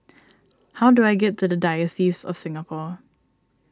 how do I get to the Diocese of Singapore